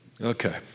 Okay